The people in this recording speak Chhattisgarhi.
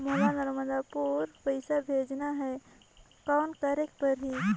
मोला नर्मदापुर पइसा भेजना हैं, कौन करेके परही?